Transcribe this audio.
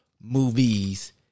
movies